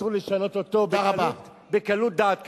אסור לשנות אותו בקלות דעת כזאת.